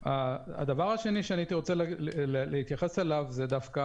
הדבר השני שהייתי רוצה להתייחס אליו הוא דווקא